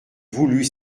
voulu